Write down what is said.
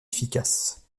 efficace